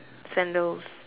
sandals